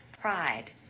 pride